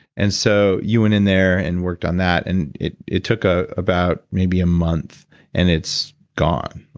and so you went in there and worked on that and it it took ah about maybe a month and it's gone.